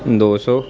ਦੋ ਸੌ